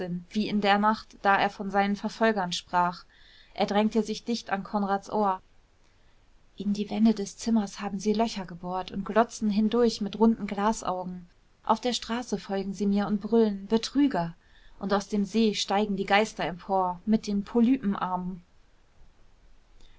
wie in der nacht da er von seinen verfolgern sprach er drängte sich dicht an konrads ohr in die wände des zimmers haben sie löcher gebohrt und glotzen hindurch mit runden glasaugen auf der straße folgen sie mir und brüllen betrüger und aus dem see steigen die geister empor mit den